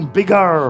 bigger